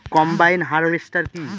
Combine harvester কি?